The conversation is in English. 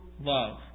love